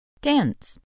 Dense